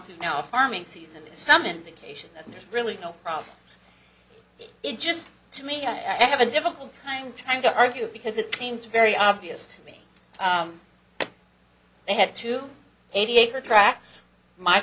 through now a farming season some indication that there's really no problem it's just to me i have a difficult time trying to argue because it seems very obvious to me they had to aviate her tracks my